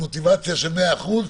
עם מוטיבציה של מאה אחוזים,